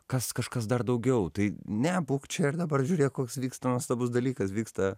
kas kažkas dar daugiau tai ne būk čia ir dabar žiūrėk koks vyksta nuostabus dalykas vyksta